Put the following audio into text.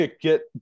get